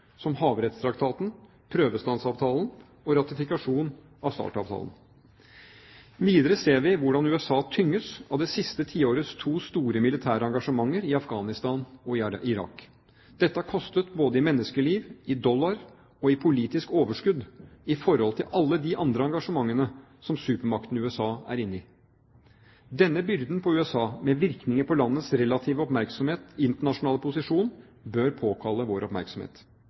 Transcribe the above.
som Havrettstraktaten, prøvestansavtalen og ratifikasjon av START-avtalen. Videre ser vi hvordan USA tynges av det siste tiårets to store militære engasjementer – i Afghanistan og i Irak. Dette har kostet både i menneskeliv, i dollar og i politisk overskudd i forhold til alle de andre engasjementene som supermakten USA er inne i. Denne byrden på USA med virkninger på landets relative internasjonale posisjon bør påkalle vår oppmerksomhet: